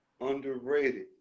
underrated